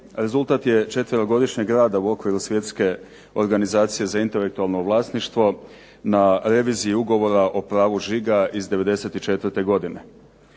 rezultat je 4-godišnjeg rada u okviru Svjetske organizacije za intelektualno vlasništvo na reviziji Ugovora o pravu žiga iz '94. godine.